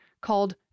called